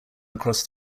across